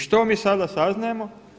I što mi sada saznajemo?